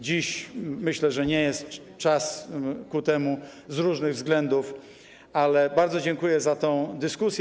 Dziś myślę, że nie jest czas ku temu z różnych względów, ale bardzo dziękuję za tę dyskusję.